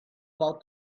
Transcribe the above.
about